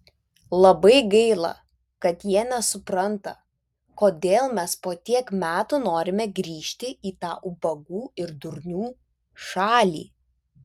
labai gaila kad jie nesupranta kodėl mes po tiek metų norime grįžti į tą ubagų ir durnių šalį